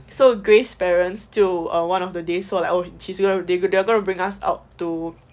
so grace parents 就 eh one of the day so like oh they gonna bring us out to